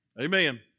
Amen